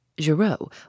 Giraud